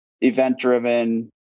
event-driven